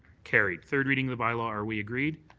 carried. third reading of the bylaw are we agreed?